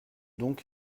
donc